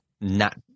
not-